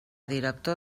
director